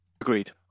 Agreed